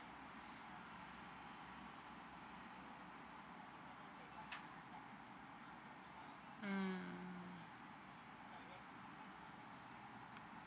mm